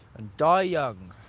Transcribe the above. and die young.